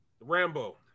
Rambo